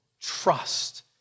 trust